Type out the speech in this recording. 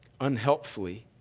unhelpfully